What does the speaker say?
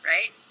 Right